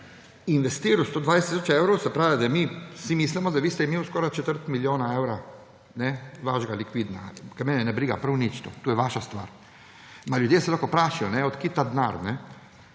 investirali 120 tisoč evrov, se pravi, da mi si mislimo, da vi ste imeli skoraj četrt milijona evrov vašega likvidnega; ker mene ne briga prav nič to, to je vaša stvar. Ljudje se lahko vprašajo, od kje ta denar.